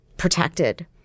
protected